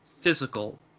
physical